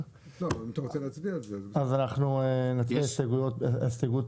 אז אנחנו נצביע על ההסתייגות